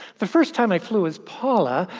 the first time i flew as paula,